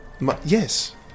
Yes